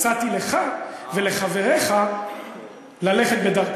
הצעתי לך ולחבריך ללכת בדרכם,